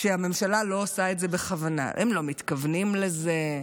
שהממשלה לא עושה את זה בכוונה: הם לא מתכוונים לזה,